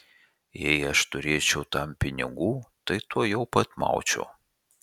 jei aš turėčiau tam pinigų tai tuojau pat maučiau